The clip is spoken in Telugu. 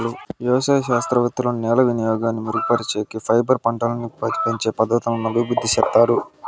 వ్యవసాయ శాస్త్రవేత్తలు నేల వినియోగాన్ని మెరుగుపరిచేకి, ఫైబర్ పంటలని పెంచే పద్ధతులను అభివృద్ధి చేత్తారు